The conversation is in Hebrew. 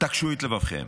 תקשו את לבבכם.